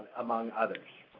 among others.